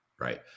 right